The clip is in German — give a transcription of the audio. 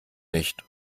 nicht